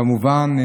כמובן,